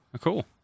Cool